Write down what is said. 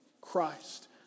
Christ